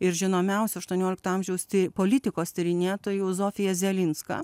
ir žinomiausių aštuoniolikto amžiaus politikos tyrinėtojų zofiją zelinską